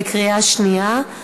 בקריאה שנייה,